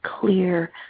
clear